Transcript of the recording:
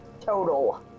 total